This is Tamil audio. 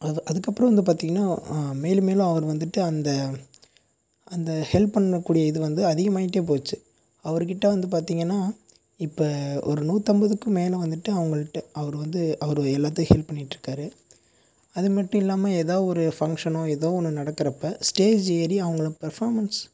அதுக்கு அப்றோம் வந்து பார்த்திங்கன்னா மேலும் மேலும் அவர் வந்துட்டு அந்த அந்த ஹெல்ப் பண்ணக்கூடிய இது வந்து அதிகமாயிட்டே போச்சு அவர்கிட்ட வந்து பார்த்திங்கன்னா இப்போ ஒரு நூத்தம்பதுக்கும் மேல வந்துட்டு அவங்கள்ட அவர் வந்து அவர் எல்லாத்தையும் ஹெல்ப் பண்ணிட்டுருக்காரு அது மட்டும் இல்லாமல் எதாக ஒரு ஃபங்ஷன் எதோ ஒன்னு நடக்கிறப்ப ஸ்டேஜ் ஏறி அவங்களை பெர்ஃபாமன்ஸ்